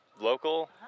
local